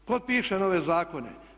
Tko piše nove zakone?